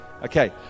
Okay